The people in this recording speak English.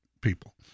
people